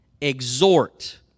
exhort